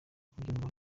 kubyumva